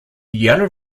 yellow